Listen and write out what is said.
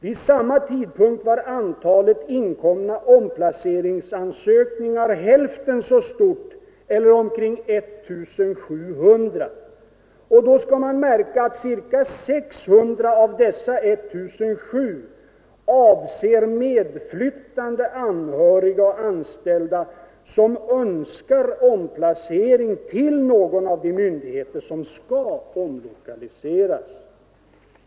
Vid samma tidpunkt var antalet inkomna omplaceringsansökningar hälften så stort eller omkring 1 700, och då skall man märka att ca 600 av dessa 1 700 avser medflyttande anhöriga och anställda som önskar omplacering till någon av de myndigheter som skall omlokaliseras.